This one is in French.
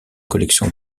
collection